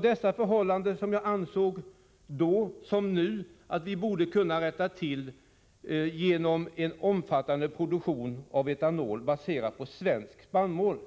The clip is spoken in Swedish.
Dessa förhållanden ansåg jag då — och anser fortfarande — att vi borde kunna komma till rätta med genom en omfattande produktion av etanol baserad på svensk spannmål.